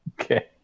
Okay